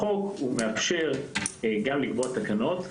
החוק מאפשר גם לקבוע תקנות.